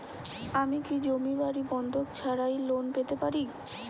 আমি কি জমি বাড়ি বন্ধক ছাড়াই লোন পেতে পারি?